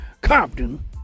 Compton